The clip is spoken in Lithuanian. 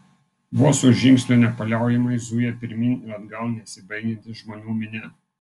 vos už žingsnio nepaliaujamai zuja pirmyn ir atgal nesibaigianti žmonių minia